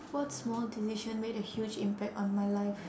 what small decision made a huge impact on my life